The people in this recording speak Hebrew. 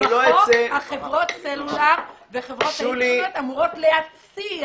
בחוק, חברות הסלולר וחברות האינטרנט אמורות להציע.